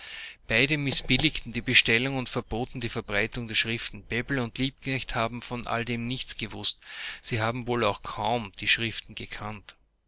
beide mißbilligten die bestellung und verboten die verbreitung der schriften bebel und liebknecht haben von alledem nichts gewußt sie haben wohl auch kaum die schriften gekannt